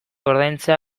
ordaintzea